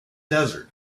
desert